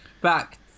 back